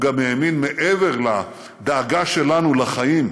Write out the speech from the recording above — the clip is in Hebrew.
הוא גם האמין, מעבר לדאגה שלנו לחיים